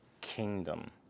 kingdom